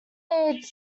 ads